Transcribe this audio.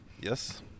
Yes